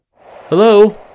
Hello